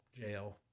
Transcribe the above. Jail